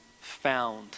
found